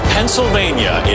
Pennsylvania